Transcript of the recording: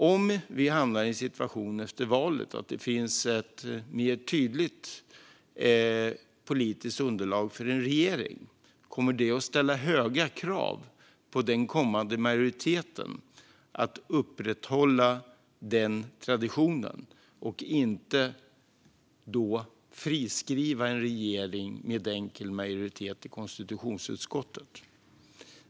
Om vi efter valet hamnar i situationen att det finns ett mer tydligt politiskt underlag för en regering kommer det att ställa höga krav på den kommande majoriteten att upprätthålla denna tradition och inte friskriva en regering med enkel majoritet i konstitutionsutskottet.